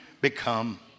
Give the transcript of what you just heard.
become